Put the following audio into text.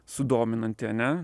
sudominanti ane